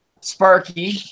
sparky